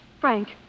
Frank